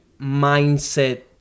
mindset